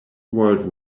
world